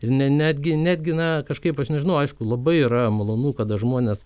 netgi netgi na kažkaip aš nežinau aišku labai yra malonu kada žmonės